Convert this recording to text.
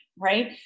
right